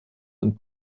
und